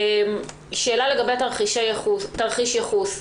שאלה לגבי תרחיש ייחוס: